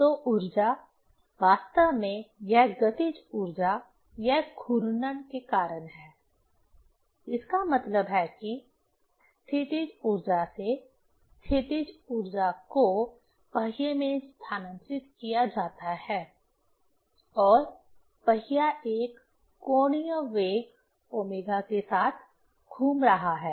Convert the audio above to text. तो ऊर्जा वास्तव में यह गतिज ऊर्जा यह घूर्णन के कारण है इसका मतलब है कि स्थितिज ऊर्जा से स्थितिज ऊर्जा को पहिए में स्थानांतरित किया जाता है और पहिया एक कोणीय वेग ओमेगा के साथ घूम रहा है